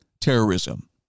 terrorism